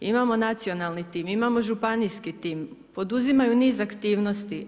Imamo nacionalni tim, imamo županijski tim, poduzimaju niz aktivnosti.